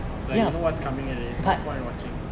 like you know what's coming already no point watching